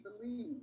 believe